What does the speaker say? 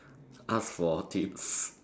ask for tips